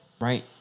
Right